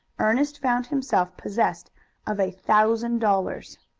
ernest found himself possessed of a thousand dollars.